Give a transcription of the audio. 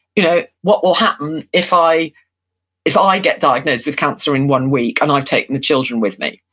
you know what will happen if i if i get diagnosed with cancer in one week and i've taken the children with me?